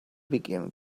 begin